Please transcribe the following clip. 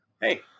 hey